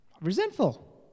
resentful